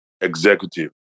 executive